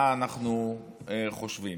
מה אנחנו חושבים.